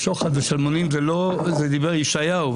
"שוחד ושלמונים" זה דברי ישעיהו,